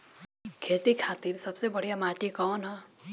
खेती खातिर सबसे बढ़िया माटी कवन ह?